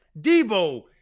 Debo